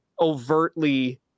overtly